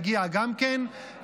יגיע גם כן,